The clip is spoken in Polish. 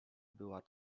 była